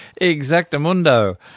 Exactamundo